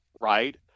right